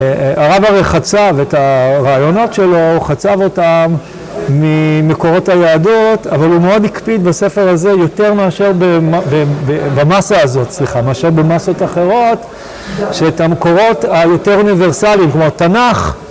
‫הרב הרי חצב את הרעיונות שלו, ‫הוא חצב אותן ממקורות היהדות, ‫אבל הוא מאוד הקפיד בספר הזה ‫יותר מאשר במאסה הזאת, סליחה, ‫מאשר במאסות אחרות, ‫שאת המקורות היותר אוניברסליים, ‫כלומר, תנ"ך...